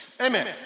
Amen